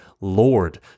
Lord